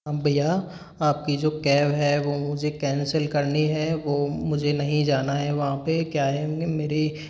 भैया आपकी जो कैब है वो मुझे कैंसिल करनी है वो मुझे नहीं जाना है वहाँ पे क्या है मेरी